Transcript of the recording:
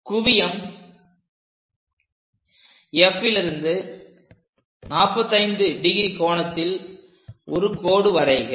குவியம் F லிருந்து 45° கோணத்தில் ஒரு கோடு வரைக